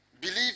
Believe